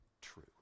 true